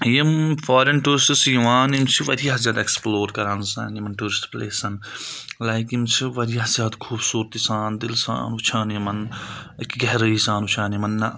یِم فارِن ٹوٗرِسٹہٕ چھِ یِوان یِم چھِ واریاہ زیادٕ اؠکٕسپٕلور کَران یِمن ٹوٗرِسٹہٕ پٕلیسَن لایِک یِم چھِ واریاہ زیادٕ خوٗبصوٗرتِی سان دِلہٕ سان وٕچھان یِمَن گہرٲیی سان وٕچھان یِمَن نہ